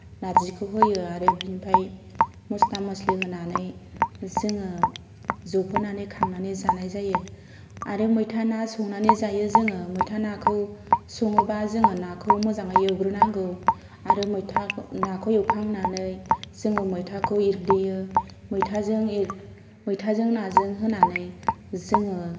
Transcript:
नारजिखौ होयो आरो बिनिफ्राय मसला मसलि होनानै जोङो जबहोनानै खांनानै जानाय जायो आरो मैथा ना संनानै जायो जोङो मैथा नाखौ सङोबा जोङो नाखौ मोजाङै एवग्रोनांगौ आरो मैथाखौ नाखौ एवखांनानै जोङो मैथाखौ एरदेयो मैथाजों एर मैथाजों नाजों होनानै जोङो